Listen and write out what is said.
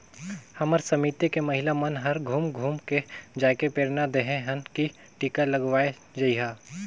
हमर समिति के महिला मन हर घुम घुम के जायके प्रेरना देहे हन की टीका लगवाये जइहा